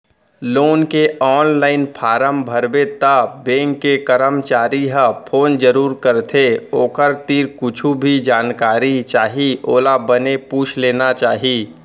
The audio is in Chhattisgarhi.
लोन के ऑनलाईन फारम भरबे त बेंक के करमचारी ह फोन जरूर करथे ओखर तीर कुछु भी जानकारी चाही ओला बने पूछ लेना चाही